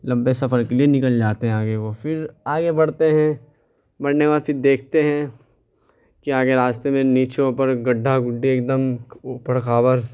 لمبا سفر میں نکل جاتے ہیں آگے وہ پھر آگے بڑھتے ہیں بڑھنے کے بعد پھر دیکھتے ہیں کہ آگے راستے میں نیچے اوپر گڈھا گڈھی ایک دم اوپر کھابڑ